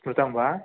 स्मृतं वा